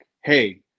hey